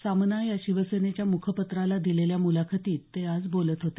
सामना या शिवसेनेच्या मुखपत्राला दिलेल्या मुलाखतीत ते आज बोलत होते